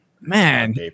man